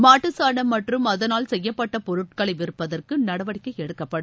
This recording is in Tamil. மாட்டுசாணம் மற்றும் அதனால் செய்யப்பட்டபொருட்களைவிற்பதற்குநடவடிக்கைஎடுக்கப்படும்